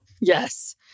Yes